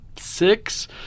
six